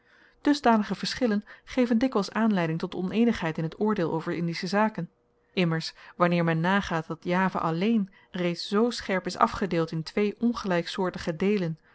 dusdanige verschillen geven dikwyls aanleiding tot oneenigheid in t oordeel over indische zaken immers wanneer men nagaat dat java alleen reeds zoo scherp is afgedeeld in twee ongelyksoortige deelen